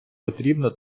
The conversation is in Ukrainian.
потрібні